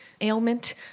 ailment